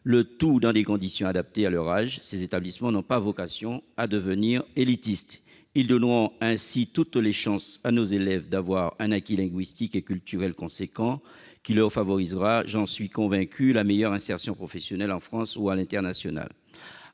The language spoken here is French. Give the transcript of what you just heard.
le tout dans des conditions adaptées à leur âge. Ces établissements n'ont pas vocation à devenir élitistes. Ils donneront ainsi à nos élèves toutes les chances d'avoir un acquis linguistique et culturel important, qui leur favorisera, j'en suis convaincu, la meilleure insertion professionnelle en France ou à l'international.